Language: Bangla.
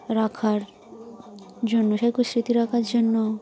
রাখার জন্য স্মৃতি রাখার জন্য